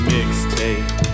Mixtape